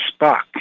Spock